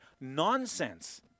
nonsense